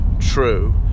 true